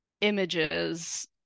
images